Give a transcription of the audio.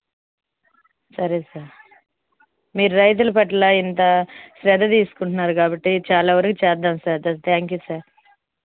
సరే సార్ మీరు రైతుల పట్ల ఇంత శ్రద్ద తీసుకుంటున్నారు కాబట్టి చాలా వరకు చేద్దాం సార్ థ్యాంక్ యూ సార్